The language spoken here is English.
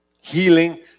healing